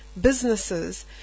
businesses